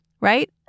Right